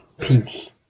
Peace